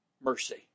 Mercy